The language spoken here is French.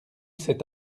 cet